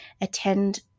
attend